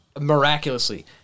miraculously